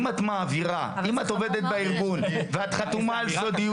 אם את עובדת בארגון ואת חתומה על סודיות